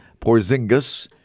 Porzingis